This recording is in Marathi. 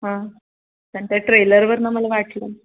हां पण त्या ट्रेलरवरून मला वाटलं